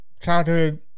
childhood